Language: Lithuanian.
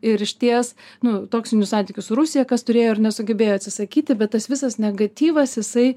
ir išties nu toksinių santykių su rusija kas turėjo ir nesugebėjo atsisakyti bet tas visas negatyvas jisai